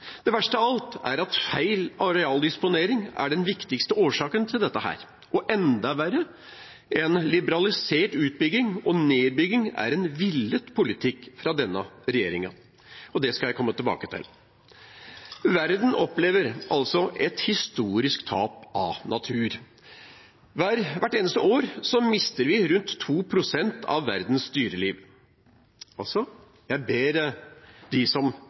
Det verste av alt er at feil arealdisponering er den viktigste årsaken til dette. Og enda verre: En liberalisert utbygging og nedbygging er en villet politikk fra denne regjeringen, og det skal jeg komme tilbake til. Verden opplever altså et historisk tap av natur. Hvert eneste år mister vi rundt 2 pst. av verdens dyreliv. Jeg ber dem som